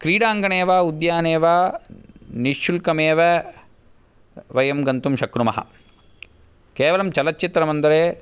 क्रीडाङ्गणे वा उद्याने वा निःशुल्कमेव वयं गन्तुं शक्नुमः केवलं चलच्चित्रमन्दिरे